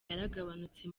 yaragabanutse